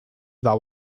that